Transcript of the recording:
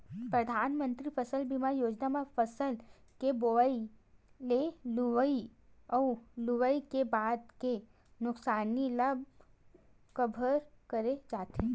परधानमंतरी फसल बीमा योजना म फसल के बोवई ले लुवई अउ लुवई के बाद के नुकसानी ल कभर करे जाथे